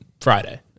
Friday